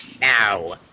Now